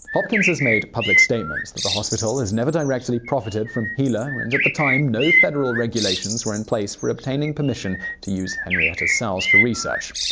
hopkins has made public statements that the hospital has never directly profited from hela and and at the time, no federal regulations were in place for obtaining permission to use henrietta's cells for research.